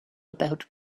about